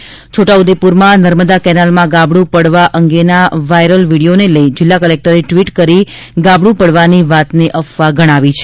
દરમિયાન છોટ્ટા ઉદેપુરમાં નર્મદા કેનાલમાં ગાબડું પડવા અંગેના વાયરલ વીડિયોને લઈ જિલ્લા કલેક્ટર ટ્વીટ કરી ગાબડું પડવાની વાતને અફવા ગણાવી છે